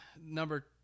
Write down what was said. number